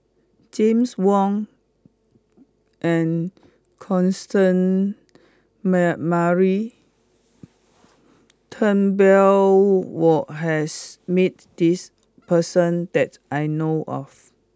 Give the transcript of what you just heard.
James Wong and Constance Mary Turnbull were has met this person that I know of